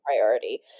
priority